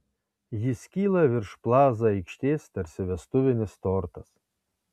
jis kyla virš plaza aikštės tarsi vestuvinis tortas